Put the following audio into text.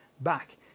back